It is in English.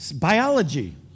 biology